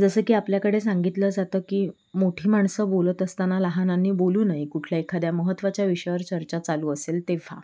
जसं की आपल्याकडे सांगितलं जातं की मोठी माणसं बोलत असताना लहानांनी बोलू नये कुठल्या एखाद्या महत्त्वाच्या विषयावर चर्चा चालू असेल तेव्हा